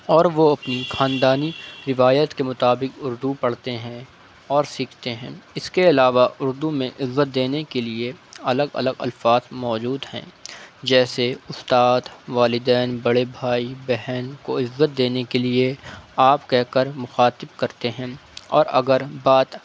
اور وہ اپنی خاندانی روایت کے مطابق اردو پڑھتے ہیں اور سیکھتے ہیں اس کے علاوہ اردو میں عزت دینے کے لیے الگ الگ الفاظ موجود ہیں جیسے استاد والدین بڑے بھائی بہن کو عزت دینے کے لیے آپ کہہ کر مخاطب کرتے ہیں اور اگر بات